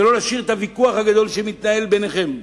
ולא להשאיר את הוויכוח הגדול שמתנהל ביניכם,